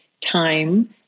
time